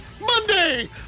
Monday